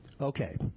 okay